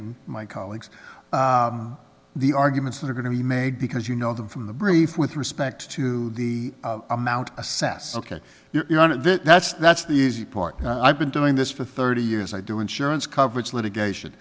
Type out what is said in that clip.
and my colleagues the arguments that are going to be made because you know them from the brief with respect to the amount assess ok you're on that's that's the easy part i've been doing this for thirty years i do insurance coverage litigation